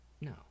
no